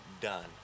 done